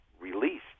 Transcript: released